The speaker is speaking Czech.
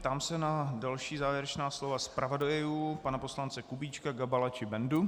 Ptám se na další závěrečná slova zpravodajů: pana poslance Kubíčka, Gabala či Bendy.